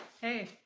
Hey